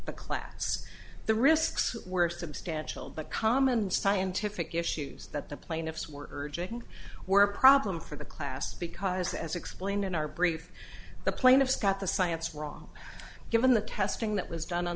a class the risks were substantial but common scientific issues that the plaintiffs were urging were a problem for the class because as explained in our brief the plaintiffs got the science wrong given the testing that was done on